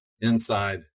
inside